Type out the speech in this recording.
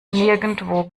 nirgendwo